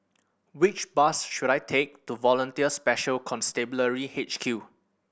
which bus should I take to Volunteer Special Constabulary H Q